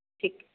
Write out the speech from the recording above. ठीकु आहे